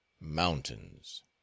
mountains